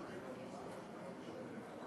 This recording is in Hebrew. התשע"ו